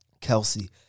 Kelsey